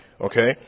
Okay